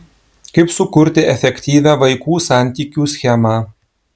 kaip sukurti efektyvią vaikų santykių schemą